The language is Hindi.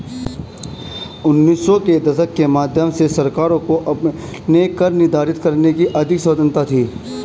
उन्नीस सौ के दशक के मध्य से सरकारों को अपने कर निर्धारित करने की अधिक स्वतंत्रता थी